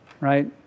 right